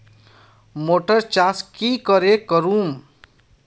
Motor चास की करे करूम?